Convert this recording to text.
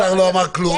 השר לא אמר כלום.